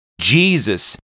Jesus